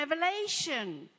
revelation